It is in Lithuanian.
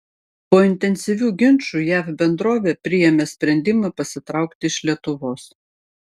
po intensyvių ginčų jav bendrovė priėmė sprendimą pasitraukti iš lietuvos